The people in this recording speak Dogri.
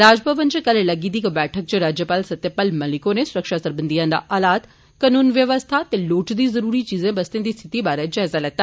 राजभवन इचक ल लग्गी दी इक बैठक इच राज्यपाल सत्यपाल मलिक होरें सुरक्षा सरबंधी हालात कानून व्यवस्था ते लोड़चदी जरूरी चीजें बस्ते दी स्थिति बारै जायज़ा लैता